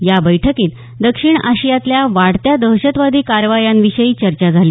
या बैठकीत दक्षिण आशियातल्या वाढत्या दहशतवादी कारवायांविषयी चर्चा झाली